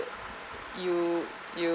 you you